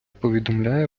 повідомляє